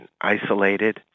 isolated